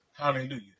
Hallelujah